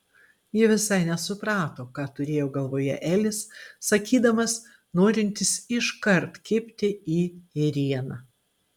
ji visai nesuprato ką turėjo galvoje elis sakydamas norintis iškart kibti į ėrieną